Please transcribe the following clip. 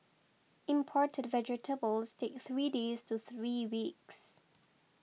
imported vegetables take three days to three weeks